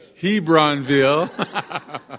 Hebronville